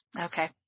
Okay